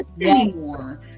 anymore